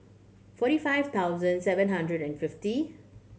forty five thousand seven hundred and fifty